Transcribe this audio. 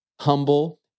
humble